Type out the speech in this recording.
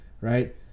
right